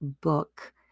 book